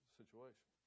situation